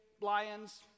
lions